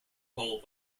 hole